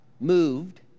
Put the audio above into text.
moved